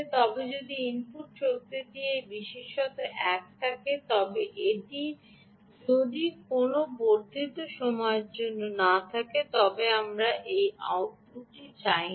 তবে যদি ইনপুট শক্তিটি এই বিশেষত এক থাকে তবে এটি যদি কোনও বর্ধিত সময়ের জন্য না থাকে তবে আমরা এই আউটপুটটি চাই না